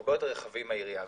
הרבה יותר רחבים מהעירייה.